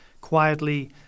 quietly